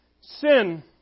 Sin